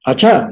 Acha